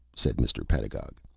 said mr. pedagog.